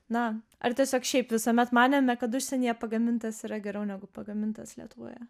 na ar tiesiog šiaip visuomet manėme kad užsienyje pagamintas yra geriau negu pagamintas lietuvoje